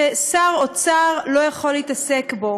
ששר האוצר לא יכול להתעסק בו,